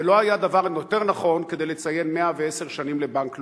ולא היה דבר יותר נכון כדי לציין 110 שנים לבנק לאומי.